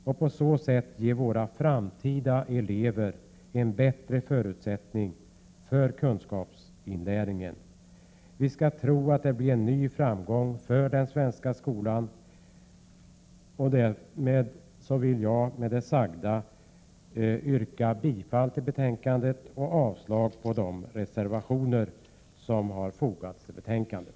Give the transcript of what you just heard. Det ger våra framtida elever bättre förutsättningar för kunskapsinlärningen. Vi skall tro att det blir en ny framgång för den svenska skolan. Med det sagda yrkar jag bifall till utskottets hemställan i betänkandet och avslag på de reservationer som har fogats till betänkandet.